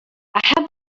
أحب